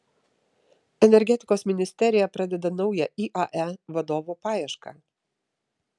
energetikos ministerija pradeda naujo iae vadovo paiešką